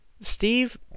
Steve